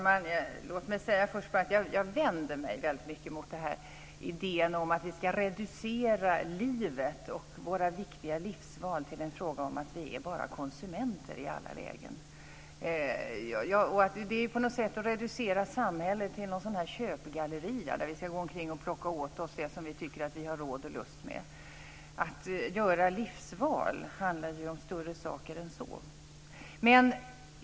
Fru talman! Låt mig först säga att jag vänder mig väldigt mycket mot idén om att vi ska reducera livet och våra viktiga livsval till en fråga om att vi bara är konsumenter i alla lägen. Det är på något sätt att reducera samhället till någon sorts köpgalleria där vi ska gå omkring och plocka åt oss det som vi tycker att vi har råd och lust med. Att göra livsval handlar ju om större saker än så.